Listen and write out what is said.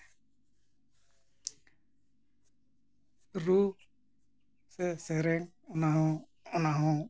ᱨᱩ ᱥᱮ ᱥᱮᱨᱮᱧ ᱡᱟᱦᱟᱸ ᱚᱱᱟ ᱦᱚᱸ